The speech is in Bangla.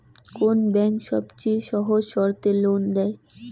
কোন ব্যাংক সবচেয়ে সহজ শর্তে লোন দেয়?